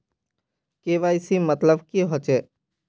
KYC मतलब की होचए?